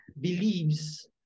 believes